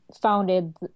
founded